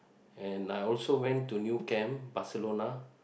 and I also went to New-Camp Barcelona